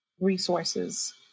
resources